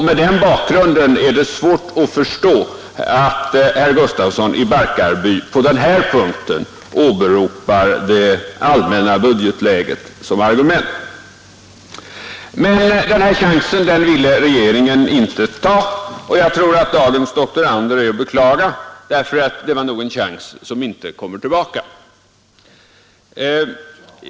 Mot den bakgrunden är det svårt att förstå att herr Gustafsson i Barkarby på den här punkten åberopar det allmänna budgetläget som argument. Men den här chansen ville regeringen inte ta, och jag tror att dagens doktorander är att beklaga, därför att det var nog en chans som inte kommer tillbaka.